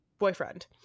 boyfriend